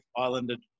islanded